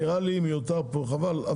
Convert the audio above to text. נראה לי מיותר פה, חבל.